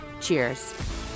Cheers